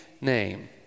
name